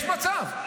יש מצב.